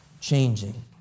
changing